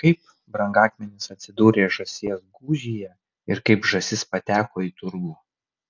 kaip brangakmenis atsidūrė žąsies gūžyje ir kaip žąsis pateko į turgų